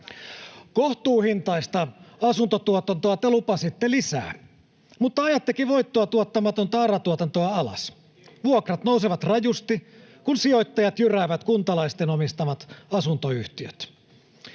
Kohtuuhintaista asuntotuotantoa te lupasitte lisää. Mutta ajattekin voittoa tuottamatonta ARA-tuotantoa alas. Vuokrat nousevat rajusti, kun sijoittajat jyräävät kuntalaisten omistamat asuntoyhtiöt.